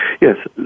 Yes